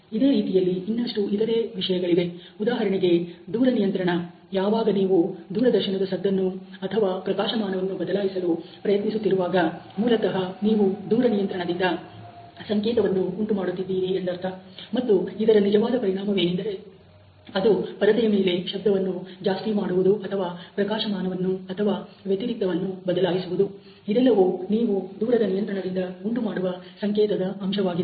ಇದೇ ರೀತಿಯಲ್ಲಿ ಇನ್ನಷ್ಟು ಇತರೆ ವಿಷಯಗಳಿವೆ ಉದಾಹರಣೆಗೆ ದೂರ ನಿಯಂತ್ರಣ ಯಾವಾಗ ನೀವು ದೂರದರ್ಶನದ ಸದ್ದನ್ನು ಅಥವಾ ಪ್ರಕಾಶ ಮಾನವನ್ನು ಬದಲಾಯಿಸಲು ಪ್ರಯತ್ನಿಸುತ್ತಿರುವಾಗ ಮೂಲತಹ ನೀವು ದೂರ ನಿಯಂತ್ರಣದಿಂದ ಸಂಕೇತವನ್ನು ಉಂಟು ಮಾಡುತ್ತಿದ್ದೀರಿ ಎಂದರ್ಥ ಮತ್ತು ಇದರ ನಿಜವಾದ ಪರಿಣಾಮವೇನೆಂದರೆ ಅದು ಪರದೆಯ ಮೇಲೆ ಶಬ್ದವನ್ನು ಜಾಸ್ತಿ ಮಾಡುವುದು ಅಥವಾ ಪ್ರಕಾಶ ಮಾನವನ್ನು ಅಥವಾ ವ್ಯತಿರಿಕ್ತ ವನ್ನು ಬದಲಾಯಿಸುವುದು ಇದೆಲ್ಲವೂ ನೀವು ದೂರದ ನಿಯಂತ್ರಣದಿಂದ ಉಂಟುಮಾಡುವ ಸಂಕೇತದ ಅಂಶವಾಗಿದೆ